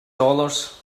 dollars